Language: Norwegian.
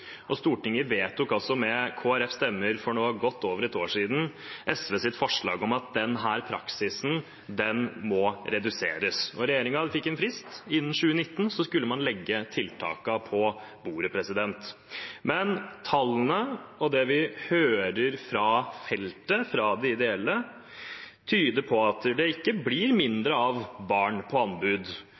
Stortinget vedtok med Kristelig Folkepartis stemmer for godt over et år siden SVs forslag om at denne praksisen må reduseres. Regjeringen fikk en frist: Innen 2019 skulle man legge tiltakene på bordet. Men tallene og det vi hører fra feltet, fra de ideelle, tyder på at det ikke blir færre barn på anbud.